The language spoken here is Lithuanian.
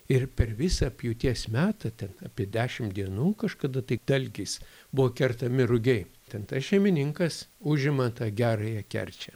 ir per visą pjūties metą ten apie dešim dienų kažkada tai dalgiais buvo kertami rugiai ten tas šeimininkas užima tą gerąją kerčią